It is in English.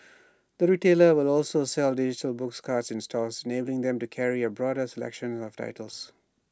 the retailer will also sell digital books cards in stores enabling them to carry A broader selection of titles